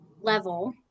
level